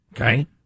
Okay